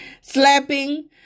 slapping